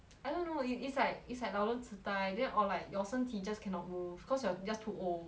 I don't know yo~ it's like it's like 老人痴呆 then or like your 身体 just cannot move cause you're just too old